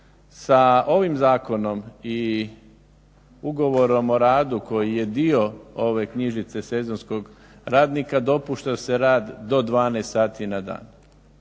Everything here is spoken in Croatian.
Sa ovim zakonom i ugovorom o radu koji je dio ove knjižice sezonskog radnika dopušta se rad do 12 sati na dan.